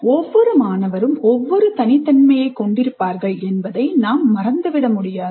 ஒவ்வொரு மாணவரும் ஒவ்வொரு தனித்தன்மையை கொண்டிருப்பார்கள் என்பதை நாம் மறந்துவிட முடியாது